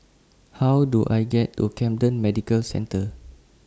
How Do I get to Camden Medical Centre